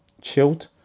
chilled